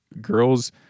girls